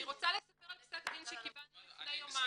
אני רוצה לספר על פסק דין שקיבלנו לפני יומיים.